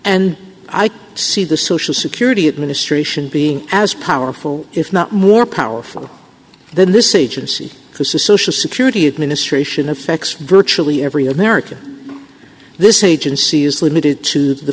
can see the social security administration being as powerful if not more powerful than this agency who social security administration affects virtually every american this agency is limited to the